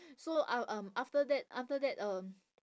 so uh um after that after that um